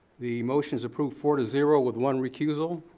the motion's approve four to zero with one recusal.